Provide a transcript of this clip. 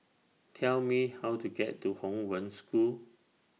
Tell Me How to get to Hong Wen School